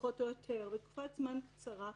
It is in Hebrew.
פחות או יותר, בתקופת זמן קצרה.